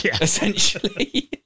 essentially